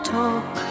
talk